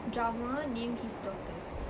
drummer name his daughters